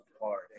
hard